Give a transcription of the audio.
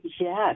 Yes